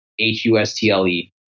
H-U-S-T-L-E